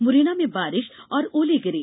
मुरैना में बारिश और ओले गिरे